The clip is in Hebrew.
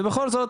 ובכל זאת,